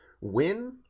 win